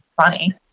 funny